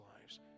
lives